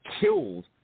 killed